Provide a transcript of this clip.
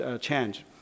change